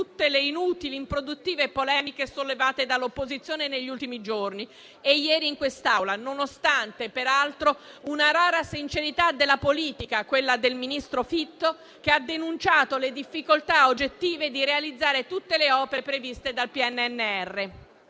tutte le inutili e improduttive polemiche sollevate dall'opposizione negli ultimi giorni e ieri in quest'Aula, nonostante peraltro una rara sincerità della politica, quella del ministro Fitto, che ha denunciato le difficoltà oggettive di realizzare tutte le opere previste dal PNRR